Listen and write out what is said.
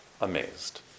amazed